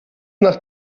nach